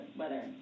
weather